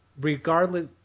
regardless